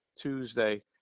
tuesday